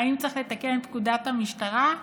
האם צריך לתקן את פקודת המשטרה?